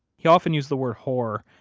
he often used the word whore,